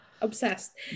Obsessed